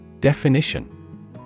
Definition